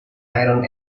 iron